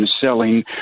selling